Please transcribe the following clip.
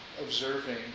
observing